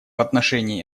отношении